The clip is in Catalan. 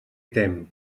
tem